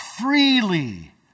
freely